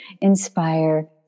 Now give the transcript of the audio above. inspire